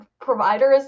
providers